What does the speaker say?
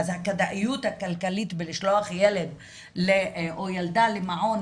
אז הכדאיות הכלכלית בלשלוח ילד או ילדה למעון,